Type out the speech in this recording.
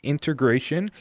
integration